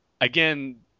again